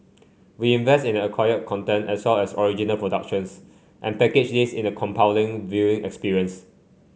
we invest in acquired content as well as original productions and package this in a compelling viewing experience